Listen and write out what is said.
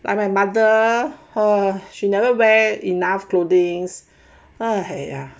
like my mother her she never wear enough clothings are